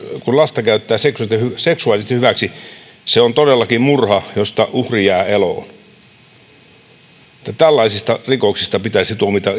lasta käyttää seksuaalisesti hyväksi se on todellakin murha josta uhri jää eloon tällaisista rikoksista pitäisi tuomita